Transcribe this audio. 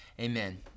Amen